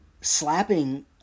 slapping